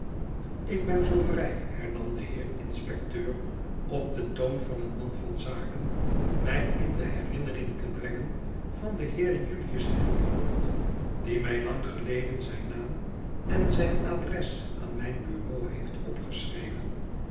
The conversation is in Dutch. ik ben zoo vrij hernam de heer inspecteur op den toon van een man van zaken mij in de herinnering te brengen van den heer julius handford die mij lang geleden zijn naam en zijn adres aan mijn bureau heeft opgeschreven